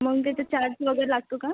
मग त्याचा चार्ज वगैरे लागतो का